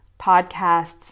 podcasts